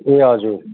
ए हजुर